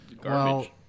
garbage